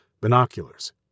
binoculars